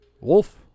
wolf